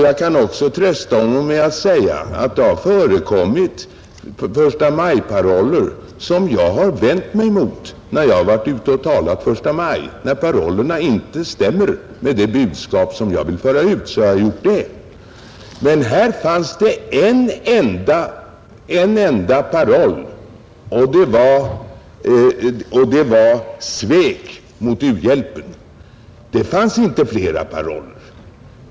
Jag kan också trösta honom med att det har förekommit förstamajparoller som jag har vänt mig emot, när jag har varit ute och talat på första maj. När parollerna inte har stämt med det budskap jag velat föra ut, har jag gjort det. Men här fanns det en enda huvudparoll och det var ”svek mot u-hjälpen”. Det fanns inte flera sådana paroller.